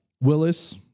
Willis